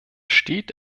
steht